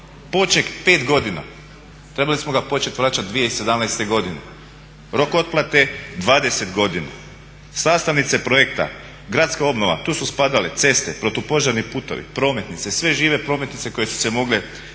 poček 5 godina. Trebali smo ga početi vraćati 2017. godine. Rok otplate je 20 godina, sastavnice projekta, gradska obnova tu su spadale ceste, protupožarni putevi, prometnice, sve žive prometnice koje su se mogle financirati